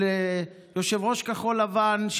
של יושב-ראש כחול לבן,